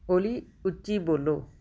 ਓਲੀ ਉੱਚੀ ਬੋਲੋ